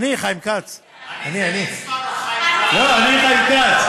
אני, חיים כץ.